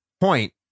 point